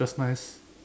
just nice